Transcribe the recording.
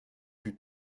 plus